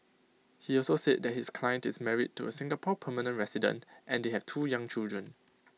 he also said that his client is married to A Singapore permanent resident and they have two young children